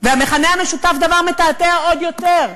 והמכנה המשותף זה דבר מאוד מתעתע עוד יותר.